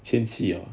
一千七了啊